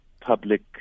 public